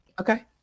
Okay